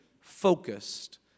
focused